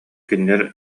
кинилэр